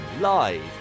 live